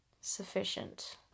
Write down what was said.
sufficient